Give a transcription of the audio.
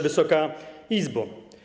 Wysoka Izbo!